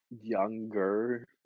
younger